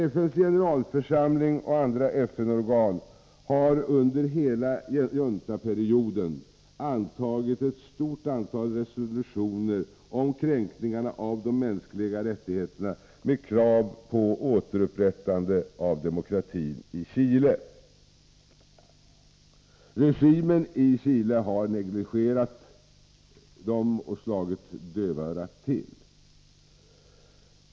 FN:s generalförsamling och andra FN-organ har under hela juntaperioden antagit ett stort antal resolutioner om kränkningarna av de mänskliga rättigheterna med krav på återupprättande av demokratin i Chile. Regimen i Chile har negligerat dem och slagit dövörat till.